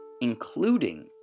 including